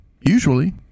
Usually